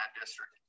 district